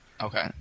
Okay